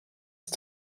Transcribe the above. ist